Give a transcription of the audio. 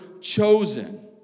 chosen